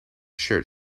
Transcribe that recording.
shirt